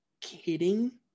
kidding